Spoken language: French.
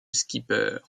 skipper